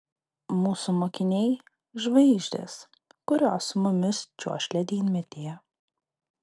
mūsų mokiniai žvaigždės kurios su mumis čiuoš ledynmetyje